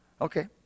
Okay